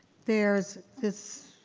there's this.